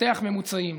ננתח ממוצעים,